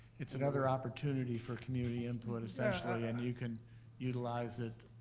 it's another opportunity for community input, essentially, and you can utilize it,